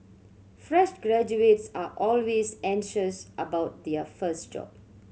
fresh graduates are always anxious about their first job